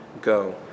go